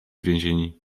więzienni